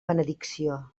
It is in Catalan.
benedicció